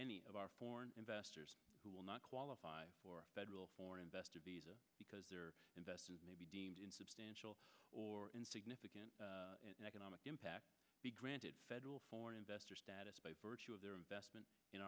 any of our foreign investors who will not qualify for federal or investor visa because their investment may be deemed in substantial or in significant economic impact be granted federal foreign investor status by virtue of their investment in